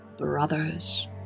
brothers